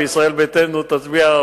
וישראל ביתנו תצביע,